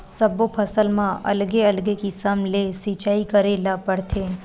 सब्बो फसल म अलगे अलगे किसम ले सिचई करे ल परथे